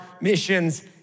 missions